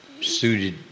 suited